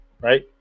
right